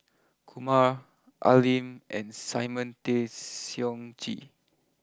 Kumar Al Lim and Simon Tay Seong Chee